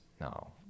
no